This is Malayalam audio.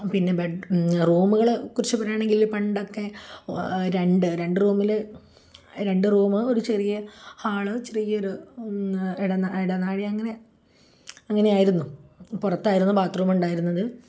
പിന്നെ ബെഡ് റൂമുകളെ കുറിച്ച് പറയുകയാണെങ്കില് പണ്ടൊക്കെ രണ്ട് രണ്ട് റൂമില് രണ്ട് റൂം ഒരു ചെറിയ ഹാള് ചെറിയൊരു ഇടനാഴി അങ്ങനെ അങ്ങനെയായിരുന്നു പുറത്തായിരുന്നു ബാത്റൂം ഉണ്ടായിരുന്നത്